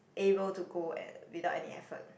able to go and without any effort